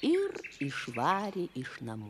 ir išvarė iš namų